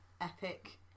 epic